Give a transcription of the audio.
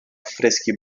affreschi